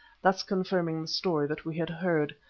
thus confirming the story that we had heard.